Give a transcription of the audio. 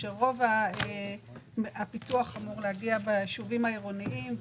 כאשר רוב הפיתוח אמור להגיע ביישובים העירוניים.